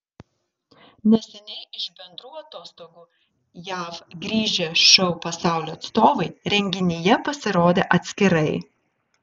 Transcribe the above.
neseniai iš bendrų atostogų jav grįžę šou pasaulio atstovai renginyje pasirodė atskirai